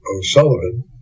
O'Sullivan